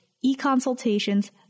e-consultations